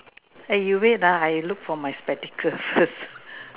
eh you read ah I look for my spectacle first